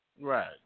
Right